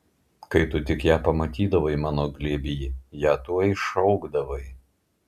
kai tu tik ją pamatydavai mano glėby ją tuoj šaukdavai